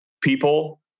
People